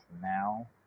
now